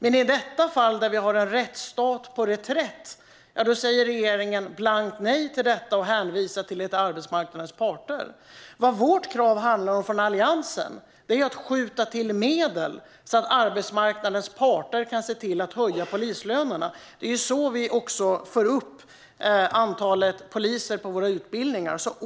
Men i detta fall, då vi har en rättsstat på reträtt, säger regeringen blankt nej och hänvisar till arbetsmarknadens parter. Vad vårt krav från Alliansens sida handlar om är att skjuta till medel så att arbetsmarknadens parter kan se till att höja polislönerna. Det är så vi också får upp antalet poliser på våra utbildningar.